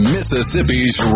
Mississippi's